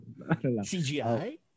CGI